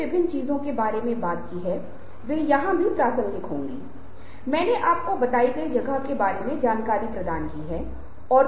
प्रश्न पूछना बहुत महत्वपूर्ण है क्योंकि यह जाँचने का तरीका है कि आपको जानकारी सही मिली है या नहीं